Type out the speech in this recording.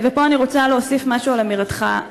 פה אני רוצה להוסיף משהו על אמירתך.